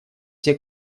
все